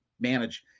manage